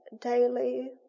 daily